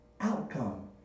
outcome